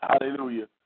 hallelujah